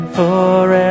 Forever